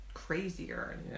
crazier